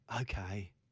Okay